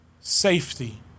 safety